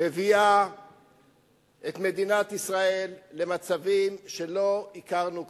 מביאה את מדינת ישראל למצבים שלא הכרנו כמותם.